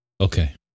Okay